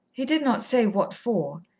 he did not say what for,